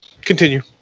Continue